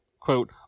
Quote